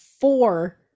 four